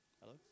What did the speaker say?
Hello